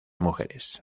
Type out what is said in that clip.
mujeres